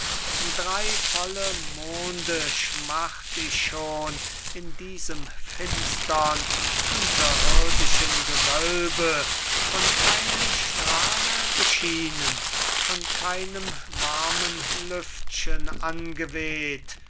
drey volle monde schmacht ich schon in diesem finstern unterirdischen gewölbe von keinem strahle beschienen von keinem warmen lüftchen angeweht